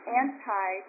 anti